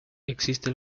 existe